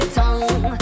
tongue